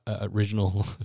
original